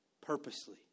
purposely